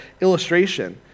illustration